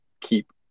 keep